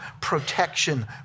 protection